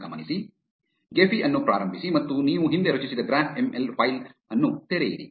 Gephi ಅನ್ನು ಪ್ರಾರಂಭಿಸಿ ಮತ್ತು ನೀವು ಹಿಂದೆ ರಚಿಸಿದ ಗ್ರಾಫ್ ಎಂ ಎಲ್ ಫೈಲ್ ಅನ್ನು ತೆರೆಯಿರಿ